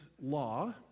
law